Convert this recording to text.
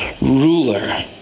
ruler